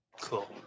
Cool